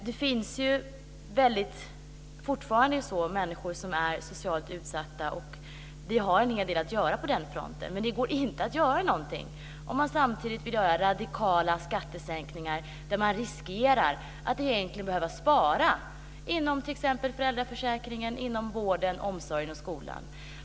Det finns fortfarande socialt utsatta människor, och vi har en hel del att göra på den fronten, men det går inte att åstadkomma någonting om man samtidigt vill genomföra radikala skattesänkningar som innebär att vi riskerar att behöva spara på föräldraförsäkringen, vården, omsorgen och skolan.